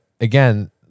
again